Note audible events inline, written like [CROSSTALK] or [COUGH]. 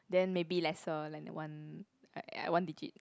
then maybe lesser like the one [NOISE] one digit